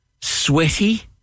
sweaty